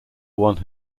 one